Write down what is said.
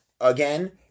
again